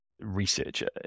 researcher